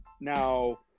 now